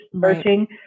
searching